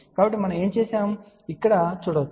కాబట్టి మనము ఏమి చేసామో మీరు ఇక్కడ చూడవచ్చు